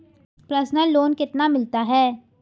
Personal loan कितना मिलता है?